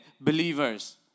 believers